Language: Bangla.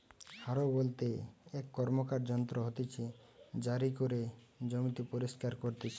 হারও বলতে এক র্কমকার যন্ত্র হতিছে জারি করে জমি পরিস্কার করতিছে